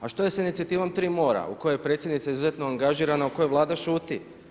A što je sa inicijativom Tri mora u kojoj je Predsjednica izuzetno angažirana o kojoj Vlada šuti?